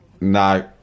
No